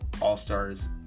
All-Stars